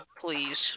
please